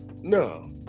No